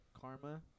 Karma